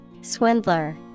Swindler